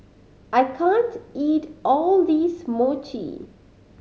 I can't eat all this Mochi